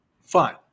Fine